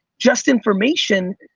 just information,